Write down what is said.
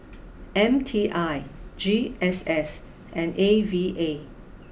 M T I G S S and A V A